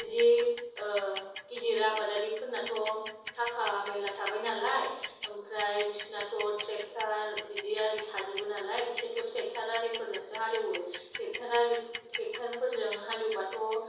बिदि गिदिर आबादारि फोरनाथ' थाखा मेरला थाबाय नालाय ओमफ्राय बिसिनाथ' ट्रेक्टार बिदि आरि थाजोबो नालाय बिसोरथ' ट्रेक्टार आरिफोरजोंसो हालिवो ट्रैक्टार आरि ट्रैक्टारफोरजों हालिवबाथ'